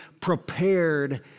prepared